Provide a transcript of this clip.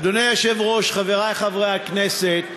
אדוני היושב-ראש, חברי חברי הכנסת,